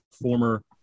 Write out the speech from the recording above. former